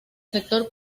sector